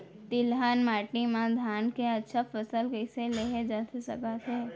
तिलहन माटी मा धान के अच्छा फसल कइसे लेहे जाथे सकत हे?